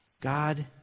God